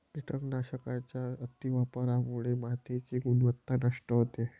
कीटकनाशकांच्या अतिवापरामुळे मातीची गुणवत्ता नष्ट होते